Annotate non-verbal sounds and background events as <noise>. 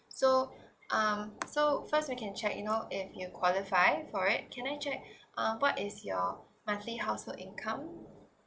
so um <noise> so first you can check you know if you qualify for it can I check uh what is your monthly household income